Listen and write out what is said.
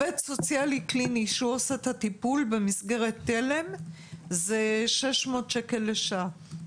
סוציאלי קליני שעושה את הטיפול במסגרת תל"ם זה 600 שקל לשעה.